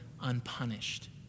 unpunished